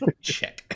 Check